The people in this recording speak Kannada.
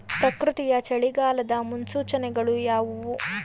ಪ್ರಕೃತಿಯ ಚಳಿಗಾಲದ ಮುನ್ಸೂಚನೆಗಳು ಯಾವುವು?